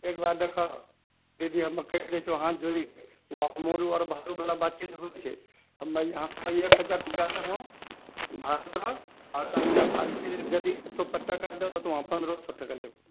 एक बार देखि जे कि हम कहि दए छिऔ हाथ जोड़ीके पन्द्रह सए टाका लेबहुँ